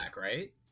right